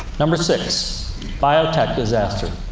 number six biotech disaster.